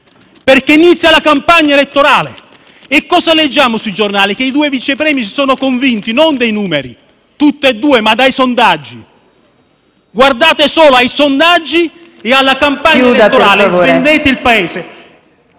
Perché inizia la campagna elettorale. E che cosa leggiamo sui giornali? Che i due Vice *Premier* sono convinti, non dai numeri, ma dai sondaggi: guardate solo ai sondaggi e alla campagna elettorale, svendendo il Paese.